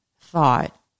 thought